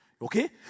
Okay